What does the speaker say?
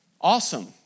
Awesome